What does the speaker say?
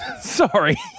sorry